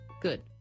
good